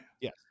Yes